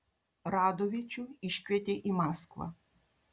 radovičių iškvietė į maskvą